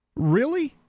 really,